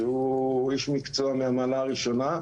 שהוא איש מקצוע מהמעלה הראשונה.